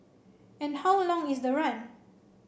and how long is the run